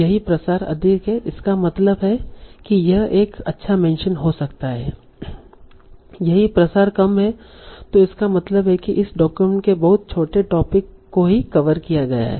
यदि प्रसार अधिक है इसका मतलब है कि यह एक अच्छा मेंशन हो सकता है यदि प्रसार कम है तो इसका मतलब है कि इस डॉक्यूमेंट के बहुत छोटे टोपिक को ही कवर किया गया है